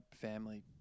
family